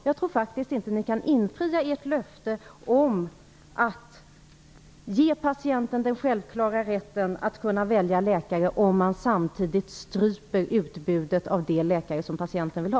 Jag tror inte att ni kan infria ert löfte om att ge patienten den självklara rätten att kunna välja läkare om ni samtidigt stryper utbudet av de läkare som patienten vill ha.